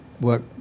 work